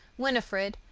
winifred,